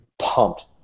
pumped